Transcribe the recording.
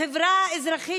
החברה האזרחית,